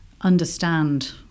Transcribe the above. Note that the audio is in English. understand